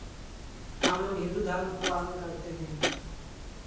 हमलोग हिन्दू धर्म को पालन करते हैं